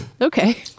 Okay